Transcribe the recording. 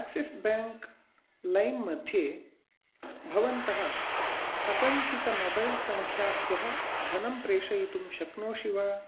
Axis bank लैम् मध्ये भवन्तः असञ्चित मोबैल् सङ्ख्याभ्यः धनं प्रेषयितुं शक्नोषि वा